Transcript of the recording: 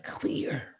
clear